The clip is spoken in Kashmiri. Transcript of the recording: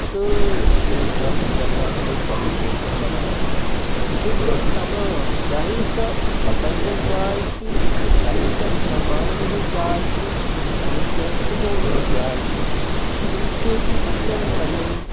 سٲری سِکھ جَمع گژھان تہٕ پَنُن بوٚڑ دۄہ مَناوان یِتھَے کٔنۍ تَمام چاہے سۄ بَٹَن ہِنٛز جاے چِھ چاہے سۄ مُسلمانَن ہِنٛز جاے چھِ چاہے سۄ ہِنٛدوٗوَن ہِنٛز جاے چھِ تِم چھِ پنٛنٮ۪ن پنٛنٮ۪ن